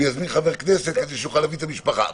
יזמין חבר כנסת כדי שהוא יוכל להביא את המשפחה.